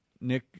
nick